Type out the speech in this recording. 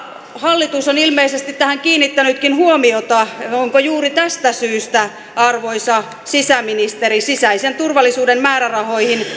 hallitus on ilmeisesti tähän kiinnittänytkin huomioita onko juuri tästä syystä arvoisa sisäministeri sisäisen turvallisuuden määrärahoihin